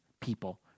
people